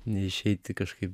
neišeiti kažkaip